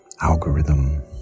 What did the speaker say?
algorithm